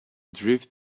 drift